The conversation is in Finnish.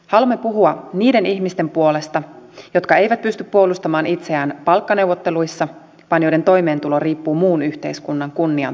haluamme puhua niiden ihmisten puolesta jotka eivät pysty puolustamaan itseään palkkaneuvotteluissa vaan joiden toimeentulo riippuu muun yhteiskunnan kunniantunnosta